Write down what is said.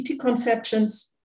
conceptions